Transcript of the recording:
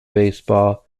baseball